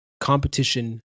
competition